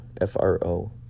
F-R-O